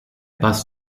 bus